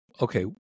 Okay